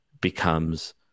becomes